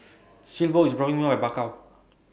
Silvio IS dropping Me off At Bakau